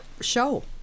show